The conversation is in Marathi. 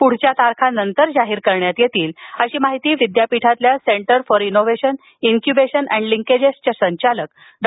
पुढील तारखा नंतर जाहीर करण्यात येतील अशी माहिती विद्यापीठातील centre for innovation incubation and लिंकेजेसच्या संचालक डॉ